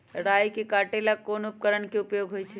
राई के काटे ला कोंन उपकरण के उपयोग होइ छई?